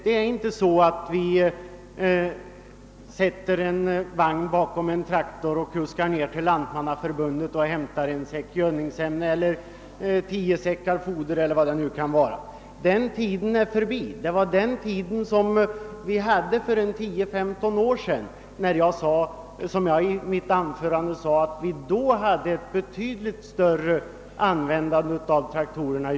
Det är inte så att vi sätter en vagn bakom en traktor och kuskar ner till lantmannaförbundet och hämtar en säck gödningsämne eller tio säckar foder eller vad det nu kan vara. Den tiden är förbi. Som jag sade i mitt tidigare anförande användes för 10—15 år sedan traktorer i jordbruket i betydligt större utsträckning.